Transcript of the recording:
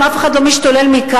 גם אף אחד לא משתולל מכעס,